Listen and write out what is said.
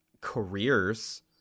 careers